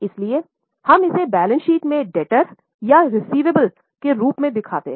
इसलिए हम इसे बैलेंस शीट में ऋणी के रूप में दिखाते हैं